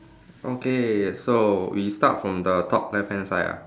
okay so we start from the top left hand side ah